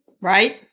right